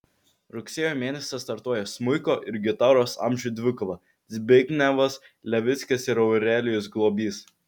rugsėjo mėnesį startuoja smuiko ir gitaros amžių dvikova zbignevas levickis ir aurelijus globys